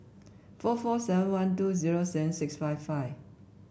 four four seven one two zero seven six five five